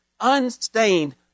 unstained